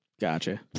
Gotcha